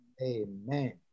Amen